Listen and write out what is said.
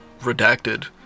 redacted